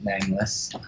nameless